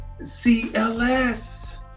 CLS